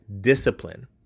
discipline